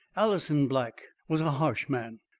alanson black was a harsh man,